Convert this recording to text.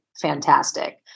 fantastic